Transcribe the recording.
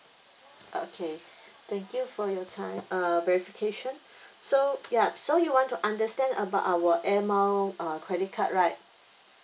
okay thank you for your time uh verification so yup so you want to understand about our air mile uh credit card right